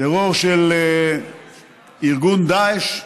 טרור של ארגון של דאעש,